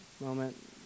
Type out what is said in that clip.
moment